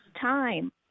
time